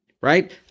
right